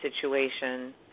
situation